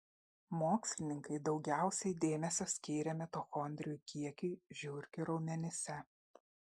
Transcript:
mokslininkai daugiausiai dėmesio skyrė mitochondrijų kiekiui žiurkių raumenyse